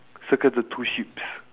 circle the two sheeps